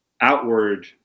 outward